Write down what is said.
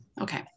Okay